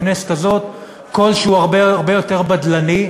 בכנסת הזאת הוא קול שהוא הרבה יותר בדלני,